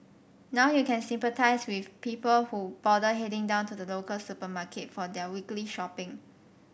now you can sympathise with people who bother heading down to the local supermarket for their weekly shopping